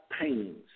paintings